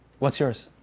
what's yours?